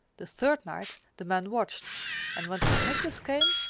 the third night the man watched and when st. nicholas came,